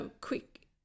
Quick